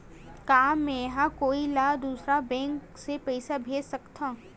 का मेंहा कोई ला दूसर बैंक से पैसा भेज सकथव?